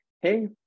hey